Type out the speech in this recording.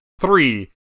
three